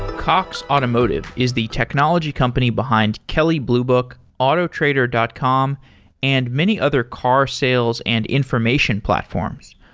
cox automotive is the technology company behind kelly blue book, autotrader dot com and many other car sales and information platforms.